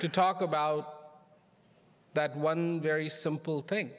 to talk about that one very simple thing